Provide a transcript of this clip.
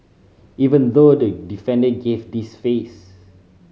even though the defender gave this face